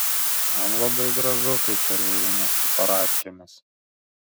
man labai gražu kai kariai eina su paradkėmis